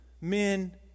men